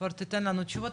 כבר תיתן לנו תשובות,